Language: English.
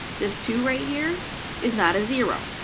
this two right here is not a zero,